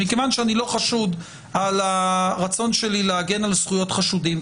ומכיוון שאני לא חשוד ברצון שלי להגן על זכויות חשודים,